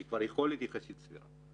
היא יכולת יחסית סבירה.